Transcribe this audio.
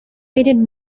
painted